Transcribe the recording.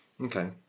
Okay